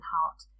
heart